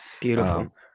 beautiful